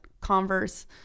Converse